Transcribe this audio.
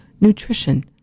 nutrition